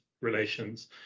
relations